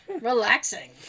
Relaxing